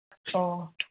ꯑꯣ